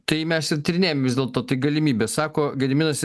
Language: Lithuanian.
tai mes ir tyrinėjam vis dėlto tai galimybė sako gediminas